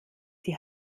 die